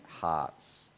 hearts